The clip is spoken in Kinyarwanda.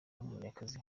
munyakazi